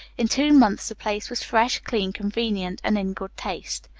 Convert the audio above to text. in two months the place was fresh, clean, convenient, and in good taste.